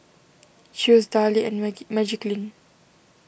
Chew's Darlie and Magiclean